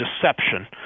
deception